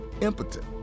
impotent